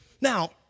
Now